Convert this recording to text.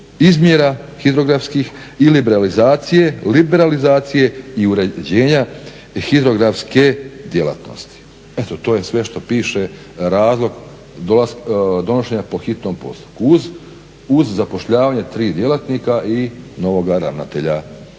izmjera hidrografskih i liberalizacije i uređenja hidrografske djelatnosti. Eto to je sve što piše, razlog donošenja po hitnom postupku uz zapošljavanje tri djelatnika i novoga ravnatelja.